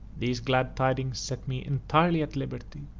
these glad tidings set me entirely at liberty,